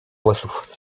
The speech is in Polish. włosów